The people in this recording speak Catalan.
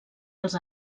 els